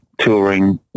touring